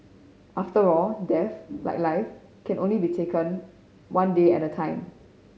after all death like life can only be taken only one day at a time